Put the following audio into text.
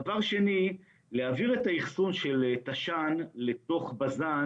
דבר שני, להעביר את האחסון של תש”ן לתוך בזן